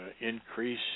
increase